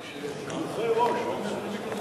אמרתי שהם גלוחי ראש,